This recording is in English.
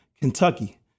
Kentucky